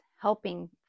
helping